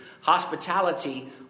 Hospitality